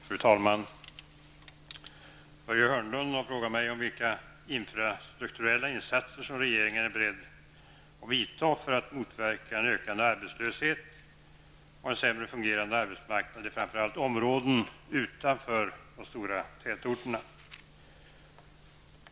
Fru talman! Börje Hörnlund har frågat mig om vilka infrastruktuella insatser som regeringen är beredd att vidta för att motverka en ökande arbetslöshet och en sämre fungerande arbetsmarknad i framför allt områden utanför de stora tätorterna.